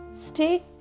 stay